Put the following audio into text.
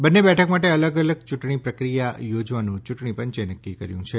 બંને બેઠક માટે અલગ અલગ યુંટણી પ્રક્રિયા યોજવાનું યૂંટણી પંચે નક્કી કર્યું છે